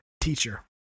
teacher